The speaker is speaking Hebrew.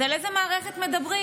אז על איזו מערכת מדברים?